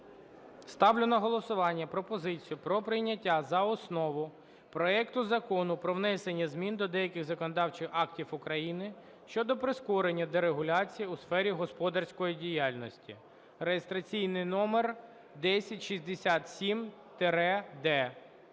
Ставлю на голосування пропозицію про прийняття за основу проекту Закону про внесення змін до деяких законодавчих актів України щодо прискорення дерегуляції у сфері господарської діяльності (реєстраційний номер 1067-д).